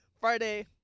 Friday